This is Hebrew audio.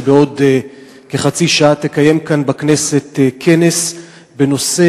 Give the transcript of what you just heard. שבעוד כחצי שעה תקיים כאן בכנסת כנס בנושא